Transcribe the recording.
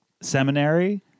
seminary